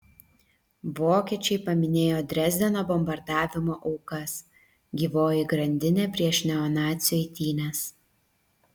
vokiečiai paminėjo dresdeno bombardavimo aukas gyvoji grandinė prieš neonacių eitynes